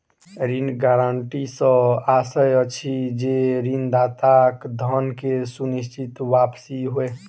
ऋण गारंटी सॅ आशय अछि जे ऋणदाताक धन के सुनिश्चित वापसी होय